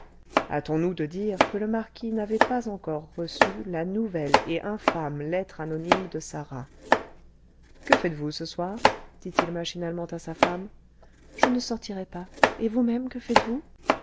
hâtons-nous de dire que le marquis n'avait pas encore reçu la nouvelle et infâme lettre anonyme de sarah que faites-vous ce soir dit-il machinalement à sa femme je ne sortirai pas et vous-même que faites-vous